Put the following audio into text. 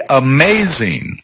amazing